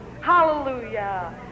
hallelujah